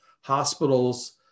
hospitals